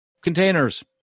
containers